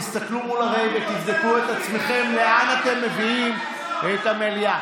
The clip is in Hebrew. תסתכלו מול הראי ותבדקו את עצמכם לאן אתם מביאים את המליאה.